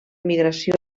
migració